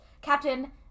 Captain